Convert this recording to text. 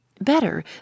Better